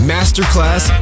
Masterclass